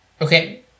Okay